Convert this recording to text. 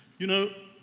you know,